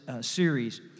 series